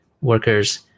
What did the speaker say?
workers